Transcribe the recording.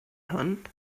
hwn